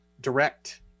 direct